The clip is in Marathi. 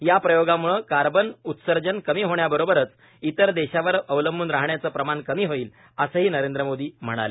या प्रयोगाम्ळे कार्बन उत्सर्जन कमी होण्याबरोबरच इतर देशांवर अवलंबून राहण्याचं प्रमाण कमी होईल असंही नरेंद्र मोदी म्हणाले